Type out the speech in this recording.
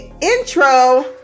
intro